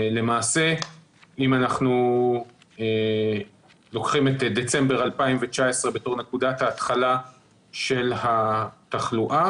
אם אנחנו לוקחים את דצמבר 2019 בתור נקודת ההתחלה של התחלואה,